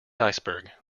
iceberg